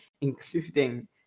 including